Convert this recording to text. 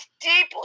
deeply